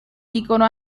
dicono